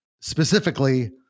specifically